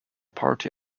party